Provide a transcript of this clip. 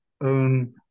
own